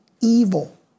evil